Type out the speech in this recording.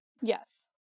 yes